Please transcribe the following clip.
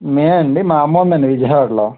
మేము అండి మా అమ్మ ఉందండి విజయవాడలో